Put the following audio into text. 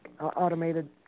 automated